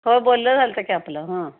हो बोललं झाल होतं की आपलं हं